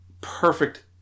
perfect